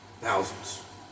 thousands